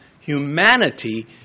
humanity